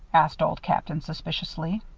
asked old captain, suspiciously.